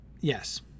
yes